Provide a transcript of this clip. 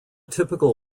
typical